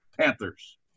Panthers